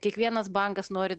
kiekvienas bankas nori